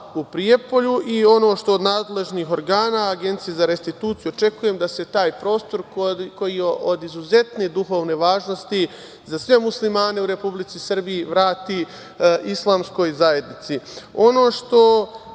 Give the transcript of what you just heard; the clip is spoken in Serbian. u Prijepolju i ono što od nadležnih organa, Agencije za restituciju očekujem da se taj prostor koji je od izuzetne duhovne važnosti za sve muslimane, u Republici Srbiji, vrati islamskoj zajednici. Ono što